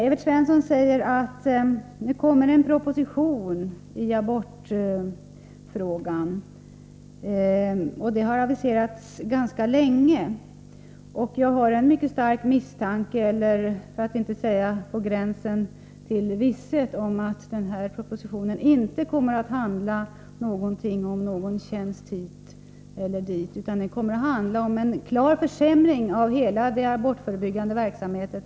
Evert Svensson säger att det kommer en proposition i abortfrågan. Den har aviserats ganska länge, och jag har en mycket stark misstanke — för att inte säga att det är på gränsen till visshet — om att den propositionen inte kommer att handla någonting om en tjänst hit eller dit, utan den kommer att handla om en klar försämring av hela den abortförebyggande verksamheten.